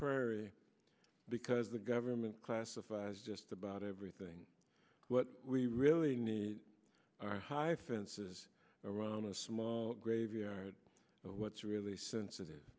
prairie because the government classifies just about everything what we really need are high fences around a small graveyard what's really sensitive